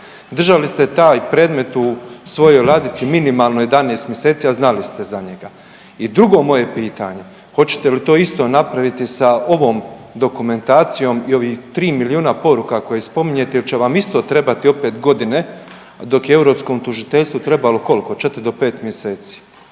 Držali ste taj predmet u svojoj ladici minimalno 11 mjeseci, a znali ste za njega. I drugo moje pitanje. Hoćete li to isto napraviti sa ovom dokumentacijom i ovih 3 miliona poruka koje spominjete jel će vam isto trebati opet godine dok je europskom tužiteljstvu trebalo koliko. 4-5 mjeseci.